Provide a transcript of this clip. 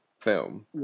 film